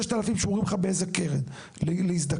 600 שמורים לך באיזה קרן להזדקנות.